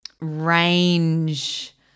range